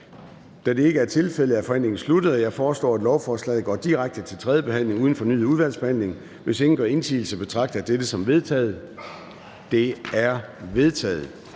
Da det ikke er tilfældet, er forhandlingen sluttet. Jeg foreslår, at lovforslaget går direkte til tredje behandling uden fornyet udvalgsbehandling, og hvis ingen gør indsigelse, betragter jeg dette som vedtaget. Det er vedtaget.